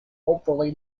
hopefully